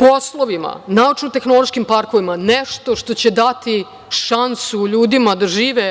poslovima, naučno-tehnološkim parkovima, nešto što će dati šansu ljudima da žive